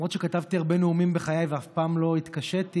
למרות שכתבתי הרבה נאומים בחיי ואף פעם לא התקשיתי,